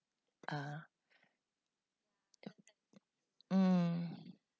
uh mm